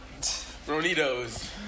Ronitos